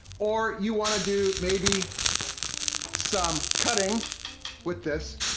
or you wanna do maybe some cutting with this.